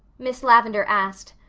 miss lavendar asked,